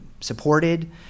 supported